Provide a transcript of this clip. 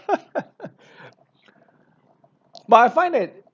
but I find that